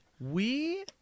We-